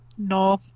No